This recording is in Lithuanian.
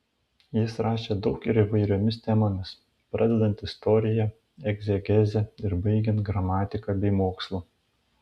jis rašė daug ir įvairiomis temomis pradedant istorija egzegeze ir baigiant gramatika bei mokslu